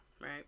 right